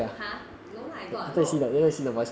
!huh! no I got no